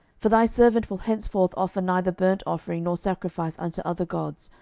for thy servant will henceforth offer neither burnt offering nor sacrifice unto other gods,